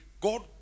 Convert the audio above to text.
God